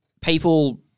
people